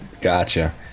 Gotcha